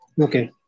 okay